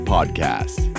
Podcast